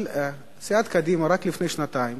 אבל סיעת קדימה רק לפני שנתיים